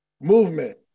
Movement